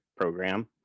program